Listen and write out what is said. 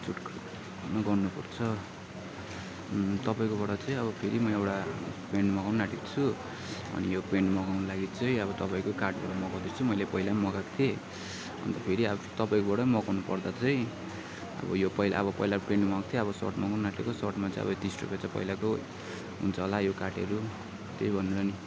गर्नुपर्छ तपाईँकोबाट चाहिँ अब फेरि म एउटा प्यान्ट मगाउन आँटेको छु अनि यो प्यान्ट मगाउन लागि चाहिँ अब तपाईँको कार्डबाट मगाउँदैछु मैले पहिला पनि मगाएको थिएँ अन्त फेरि अब तपाईँकोबाटै मगाउनुपर्दा चाहिँ अब यो पहिला अब पहिला प्यान्ट मगाएको थिएँ अब सर्ट मगाउन आँटेको सर्टमा चाहिँ अब तिस रुपियाँ चाहिँ पहिलाको हुन्छ होला यो कार्टहरू त्यही भनेर नि